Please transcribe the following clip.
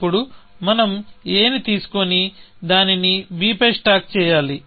అప్పుడు మనం a ని తీసుకొని దానిని b పై స్టాక్ చేయాలి